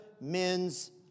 men's